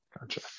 gotcha